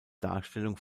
darstellung